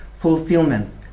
fulfillment